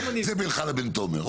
זה בינך לבין תומר.